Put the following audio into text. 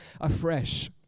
afresh